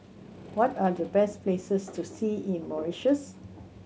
what are the best places to see in Mauritius